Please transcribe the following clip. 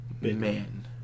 man